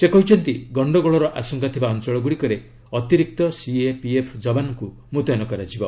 ସେ କହିଛନ୍ତି ଗଣ୍ଡଗୋଳର ଆଶଙ୍କା ଥିବା ଅଞ୍ଚଳଗ୍ରଡ଼ିକରେ ଅତିରିକ୍ତ ସିଏପିଏଫ୍ ଯବାନ୍ଙ୍କ ମୁତୟନ କରାଯିବ